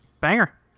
Banger